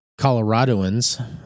Coloradoans